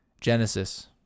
Genesis